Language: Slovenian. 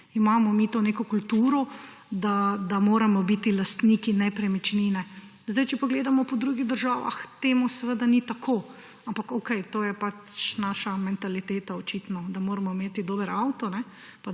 Imamo mi to neko kulturo, da moramo biti lastniki nepremičnine. Zdaj, če pogledamo po drugih državah, temu seveda ni tako, ampak okej, to je pač naša mentaliteta očitno, da moramo imeti dober avto,